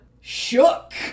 shook